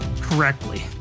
correctly